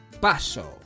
paso